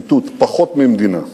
ציטוט: "פחות ממדינה".